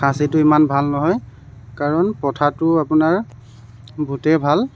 খাছীটো ইমান ভাল নহয় কাৰণ পঠাটো আপোনাৰ বহুতেই ভাল